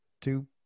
two